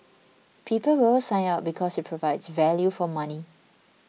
people will sign up because it provides value for money